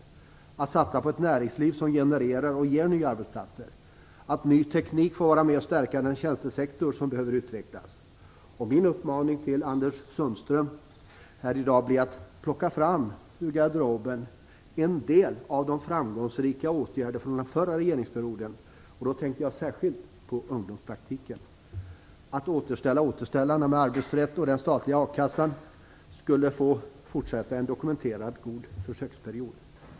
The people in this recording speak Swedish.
Det gäller att satsa på ett näringsliv som genererar nya arbetsplatser och också att ny teknik får vara med och stärka den tjänstesektor som behöver utvecklas. Min uppmaning till Anders Sundström blir i dag: Plocka fram ur garderoben en del av de framgångsrika åtgärderna från förra regeringsperioden! Jag tänker då särskilt på ungdomspraktiken. Det gäller också detta med att återställa "återställarna" beträffande arbetsrätten. Det gäller också den statliga a-kassan. Det skulle bli en fortsättning på en dokumenterat god försöksperiod.